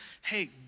hey